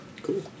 Cool